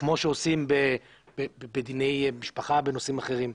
כמו שעושים בדיני משפחה, בנושאים אחרים.